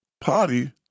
party